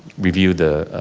review the